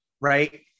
right